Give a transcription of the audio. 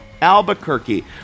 Albuquerque